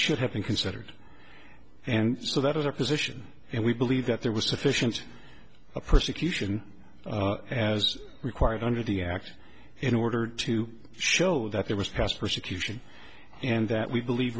should have been considered and so that was our position and we believe that there was sufficient persecution as required under the act in order to show that there was past persecution and that we believe